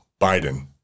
Biden